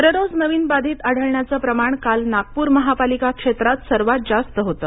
दररोज नवीन बाधित आढळण्याचं प्रमाण काल नागपूर महापालिका क्षेत्रात सर्वात जास्त होतं